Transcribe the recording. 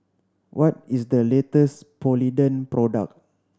what is the latest Polident product